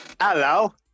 Hello